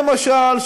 למשל,